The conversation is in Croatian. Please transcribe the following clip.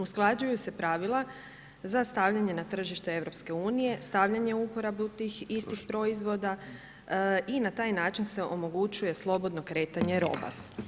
Usklađuju se pravila za stavljanje na tržište EU-a, stavljanje u uporabi tih istih proizvoda i na taj način se omogućuje slobodno kretanje roba.